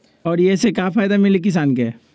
और ये से का फायदा मिली किसान के?